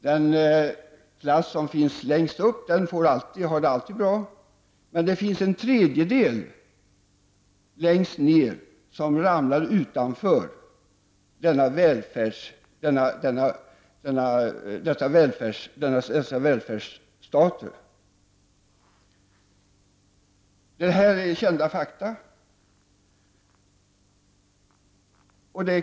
Tredjedelen i det översta skiktet har det naturligtvis alltid mycket bra. Men tredjedelen längst ned hamnar utanför välfärdssamhället. Det är ett känt faktum.